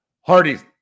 hardy's